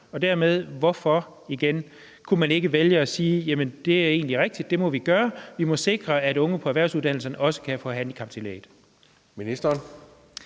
Og dermed igen: Hvorfor kunne man ikke vælge at sige, at det egentlig er rigtigt, og det må vi gøre; vi må sikre, at unge på erhvervsuddannelserne også kan få handicaptillægget?